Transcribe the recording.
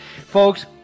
folks